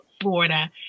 Florida